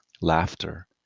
laughter